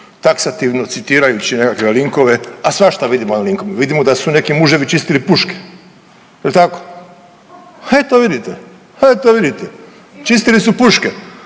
taksativno citirajući nekakve linkove, a svašta vidimo ovim linkom. Vidimo da su neki muževi čistili puške. Jel tako? Eto vidite, eto vidite, čistili su puške,